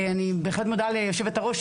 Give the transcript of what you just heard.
אני מודה ליושבת הראש,